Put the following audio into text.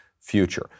future